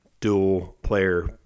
dual-player